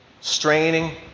straining